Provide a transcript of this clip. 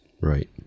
right